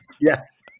Yes